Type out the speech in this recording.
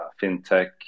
fintech